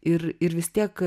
ir ir vis tiek